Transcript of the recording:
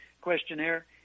questionnaire